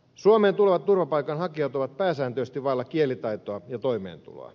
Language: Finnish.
suomeen tulevat turvapaikanhakijat ovat pääsääntöisesti vailla kielitaitoa ja toimeentuloa